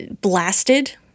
blasted